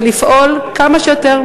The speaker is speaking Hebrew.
ולפעול כמה שיותר,